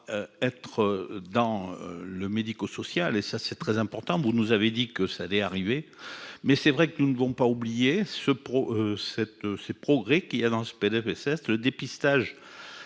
être dans le médico-social et ça c'est très important, vous nous avez dit que ça allait arriver, mais c'est vrai que nous ne vont pas oublier ce pro cette ces progrès qui a dans P2P, certes le dépistage